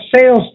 sales